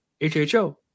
HHO